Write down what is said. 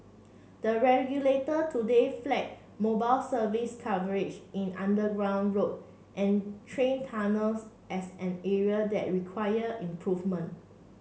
the regulator today flag mobile service coverage in underground road and train tunnels as an area that required improvement